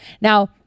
now